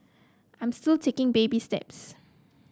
I'm still taking baby steps